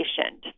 patient